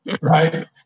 Right